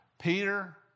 Peter